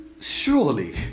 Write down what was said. Surely